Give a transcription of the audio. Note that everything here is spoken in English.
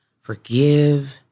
forgive